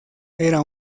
era